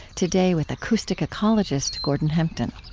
today, with acoustic ecologist gordon hempton